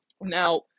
Now